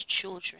children